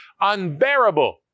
unbearable